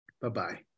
Bye-bye